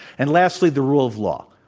and lastly the rule of law.